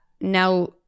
Now –